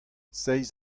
seizh